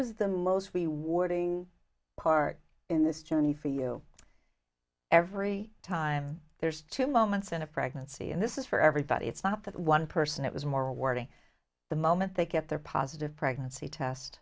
was the most rewarding part in this journey for you every time there's two moments in a pregnancy and this is for everybody it's not that one person it was more rewarding the moment they get their positive pregnancy